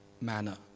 manner